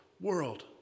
world